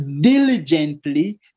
diligently